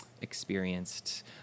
experienced